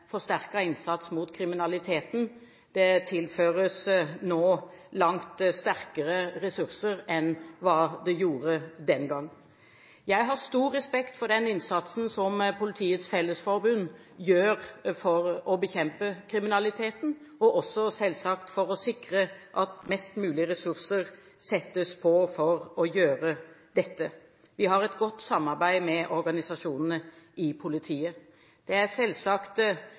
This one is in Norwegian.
innsats mot kriminaliteten. Det tilføres nå langt sterkere ressurser enn det ble gjort den gang. Jeg har stor respekt for den innsatsen som Politiets Fellesforbund gjør for å bekjempe kriminaliteten og selvsagt også for å sikre at mest mulig ressurser settes inn for å gjøre dette. Vi har et godt samarbeid med organisasjonene i politiet. Det er selvsagt